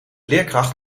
leerkracht